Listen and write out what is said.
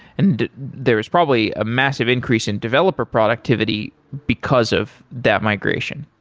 and there is probably a massive increase in developer productivity because of that migration.